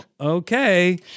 Okay